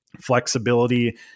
flexibility